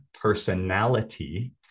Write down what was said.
personality